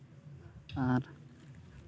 ᱟᱨ